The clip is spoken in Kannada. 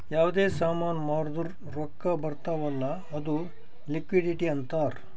ಯಾವ್ದೇ ಸಾಮಾನ್ ಮಾರ್ದುರ್ ರೊಕ್ಕಾ ಬರ್ತಾವ್ ಅಲ್ಲ ಅದು ಲಿಕ್ವಿಡಿಟಿ ಅಂತಾರ್